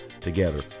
together